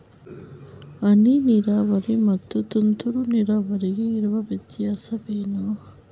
ಹನಿ ನೀರಾವರಿ ಮತ್ತು ತುಂತುರು ನೀರಾವರಿಗೆ ಇರುವ ವ್ಯತ್ಯಾಸವೇನು?